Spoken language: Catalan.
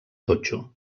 totxo